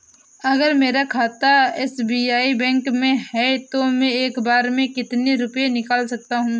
अगर मेरा खाता एस.बी.आई बैंक में है तो मैं एक बार में कितने रुपए निकाल सकता हूँ?